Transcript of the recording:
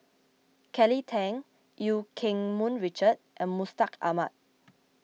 Kelly Tang Eu Keng Mun Richard and Mustaq Ahmad